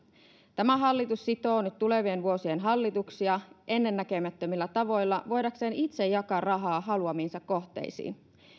tämä hallitus sitoo nyt tulevien vuosien hallituksia ennennäkemättömillä tavoilla voidakseen itse jakaa rahaa haluamiinsa kohteisiin